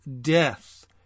death